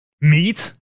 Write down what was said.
Meat